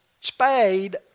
spade